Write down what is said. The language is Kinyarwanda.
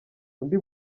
undi